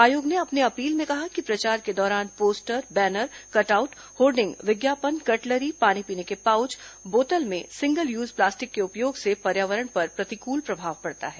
आयोग ने अपनी अपील में कहा कि प्रचार के दौरान poster banner cut out hoarding विज्ञापन कटलरी पानी पीने के पाउच बोतल में सिंगल यूज प्लास्टिक के उपयोग से पर्यावरण पर प्रतिकूल प्रभाव पड़ता है